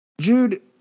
Jude